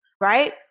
right